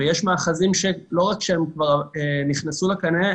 ויש מאחזים שלא רק שהם כבר נכנסו לקנה,